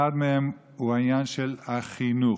אחת מהן היא העניין של החינוך.